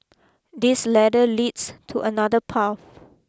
this ladder leads to another path